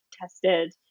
tested